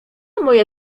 moje